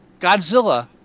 Godzilla